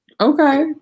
Okay